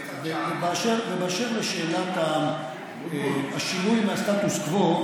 אשר לשאלת שינוי הסטטוס קוו,